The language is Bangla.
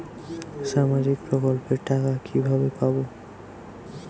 সামাজিক প্রকল্পের টাকা কিভাবে পাব?